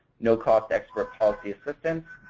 no cost expert policy assistance,